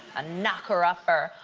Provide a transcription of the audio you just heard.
a knocker-upper.